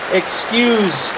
excuse